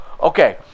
okay